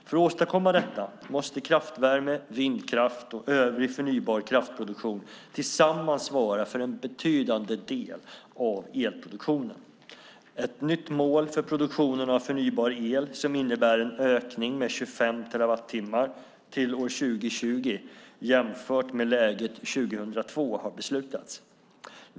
För att åstadkomma detta måste kraftvärme, vindkraft och övrig förnybar kraftproduktion tillsammans svara för en betydande del av elproduktionen. Ett nytt mål för produktionen av förnybar el som innebär en ökning med 25 terawattimmar till år 2020 jämfört med läget 2002 har beslutats.